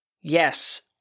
Yes